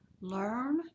Learn